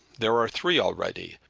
there are three already.